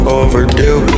overdue